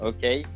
Okay